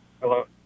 Hello